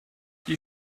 die